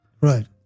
Right